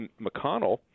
McConnell